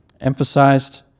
emphasized